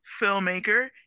filmmaker